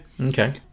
Okay